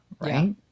Right